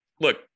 Look